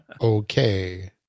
okay